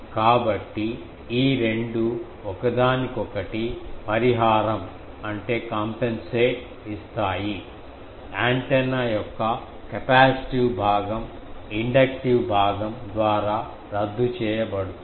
కాబట్టి ఈ రెండు ఒకదానికొకటి పరిహారం ఇస్తాయి యాంటెన్నా యొక్క కెపాసిటివ్ భాగం ఇండక్టివ్ భాగం ద్వారా రద్దు చేయబడుతుంది